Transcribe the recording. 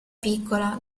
piccola